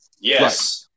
Yes